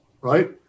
right